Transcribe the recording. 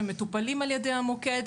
ומטופלים על-ידי המוקד.